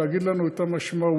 להגיד לנו את המשמעויות.